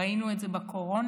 ראינו את זה בקורונה.